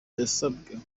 yasabwe